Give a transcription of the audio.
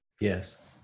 Yes